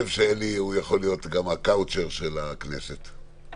תן לנו פעם אחת את התחושה המשונה הזו לנצח בהצבעה.